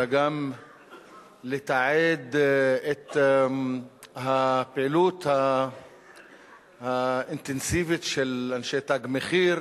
אלא גם לתעד את הפעילות האינטנסיבית של אנשי "תג מחיר",